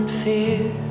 fear